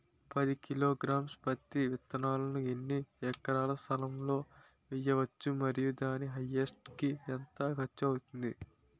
పది కిలోగ్రామ్స్ పత్తి విత్తనాలను ఎన్ని ఎకరాల స్థలం లొ వేయవచ్చు? మరియు దాని హార్వెస్ట్ కి ఎంత ఖర్చు అవుతుంది?